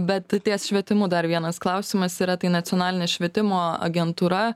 bet ties švietimu dar vienas klausimas yra tai nacionalinė švietimo agentūra